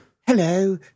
Hello